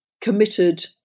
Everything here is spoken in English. committed